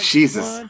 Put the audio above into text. Jesus